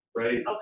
right